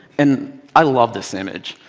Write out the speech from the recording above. and i love this image.